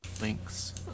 links